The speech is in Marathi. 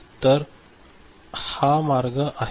तर हा मार्ग आहे